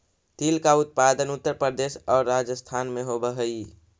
तिल का उत्पादन उत्तर प्रदेश और राजस्थान में होवअ हई